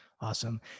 Awesome